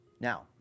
Now